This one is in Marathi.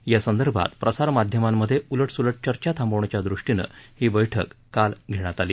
या संदर्भात प्रसारमाध्यमांमधे उलटसुलट चर्चा थांबवण्याच्या दृष्टीनं ही बैठक काल घेण्यात आली